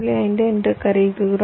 5 என்று கருதுகிறோம்